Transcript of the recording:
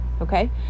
okay